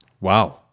wow